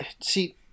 See